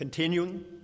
Continuing